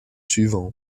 suivants